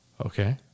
Okay